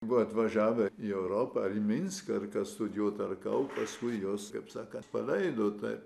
buvo atvažiavę į europą ar į minską ar ką studijuot paskui juos taip sakant paleido taip